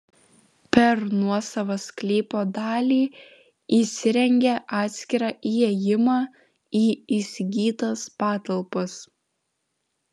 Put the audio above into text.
per nuosavą sklypo dalį įsirengė atskirą įėjimą į įsigytas patalpas